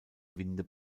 winde